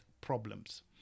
problems